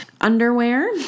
Underwear